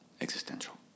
existential